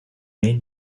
main